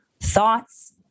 thoughts